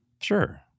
Sure